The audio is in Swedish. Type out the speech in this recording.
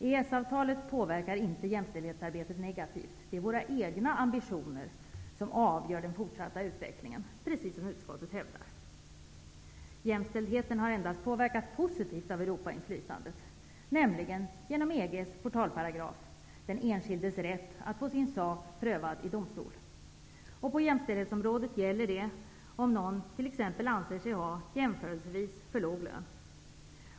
EES-avtalet påverkar inte jämställdhetsarbetet negativt. Det är våra egna ambitioner som avgör den fortsatta utvecklingen, precis som utskottet hävdar. Jämställdheten har endast påverkats positivt av Europainflytandet, nämligen genom EG:s portalparagraf: den enskildes rätt att få sin sak prövad i domstol. På jämställdhetsområdet gäller denna paragraf om någon exempelvis anser sig ha jämförelsevis för låg lön.